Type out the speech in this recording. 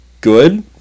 good